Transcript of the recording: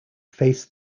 faced